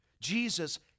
Jesus